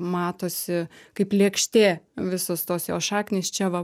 matosi kaip lėkštė visos tos jos šaknys čia